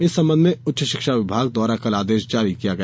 इस संबंध में उच्च शिक्षा विभाग द्वारा कल आदेश जारी किया गया